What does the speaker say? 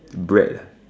bread